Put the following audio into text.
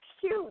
cute